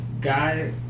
guy